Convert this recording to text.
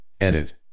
edit